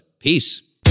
Peace